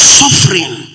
suffering